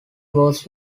was